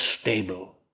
stable